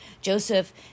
Joseph